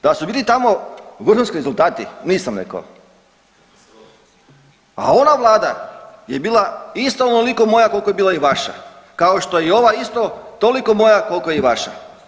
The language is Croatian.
Da su bili tamo vrhunski rezultati nisam rekao, a ona vlada je bila isto onoliko moja koliko je bila i vaša, kao što je i ova isto toliko moja koliko i vaša.